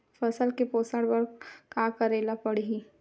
फसल के पोषण बर का करेला पढ़ही?